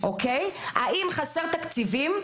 האם חסרים תקציבים?